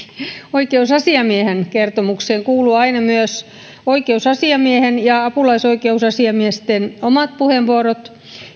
oikeusasiamiehen kertomukseen kuuluu aina myös oikeusasiamiehen ja apulaisoikeusasiamiesten omat puheenvuorot